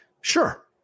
Sure